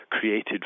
created